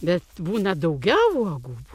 bet būna daugiau uogų